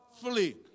flee